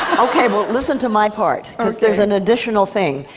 ok, well, listen to my part, because there's an additional thing.